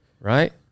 right